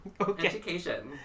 Education